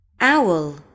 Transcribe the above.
Owl